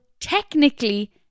technically